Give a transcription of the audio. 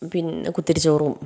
പിന്നെ കുത്തരിച്ചോറും